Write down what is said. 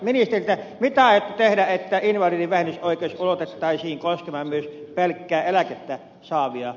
mitä aiotte tehdä että invalidivähennysoikeus ulotettaisiin koskemaan myös pelkkää eläkettä saavia